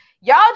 y'all